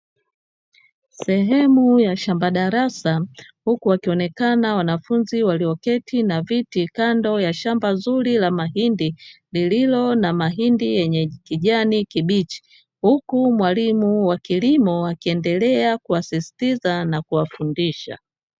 Sehemu ya shamba darasa, huku wakionekana wanafunzi walioketi na viti kando ya shamba zuri la mahindi, lililo na mahindi yenye kijani kibichi, huku mwalimu wa kilimo akiendelea kuwasisitiza na kuwafundisha.